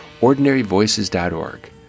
ordinaryvoices.org